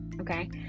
Okay